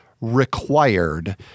required